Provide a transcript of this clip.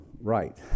right